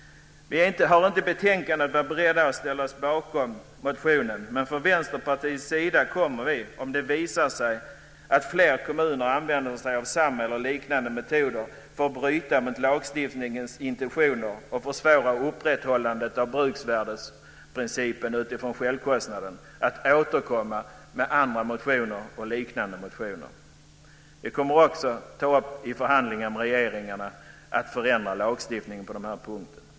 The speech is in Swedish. Vi har i betänkandet ännu inte varit beredda att ställa oss bakom motionen, men vi från Vänsterpartiet tänker återkomma med en liknande motion, om det visar sig att fler kommuner använder sig av samma eller liknande metoder för att bryta mot lagstiftningens intentioner och försvåra upprätthållandet av bruksvärdet utifrån självkostnadsprincipen. I förhandlingarna med regeringen kommer vi också att ta upp en förändring av lagstiftningen på den här punkten.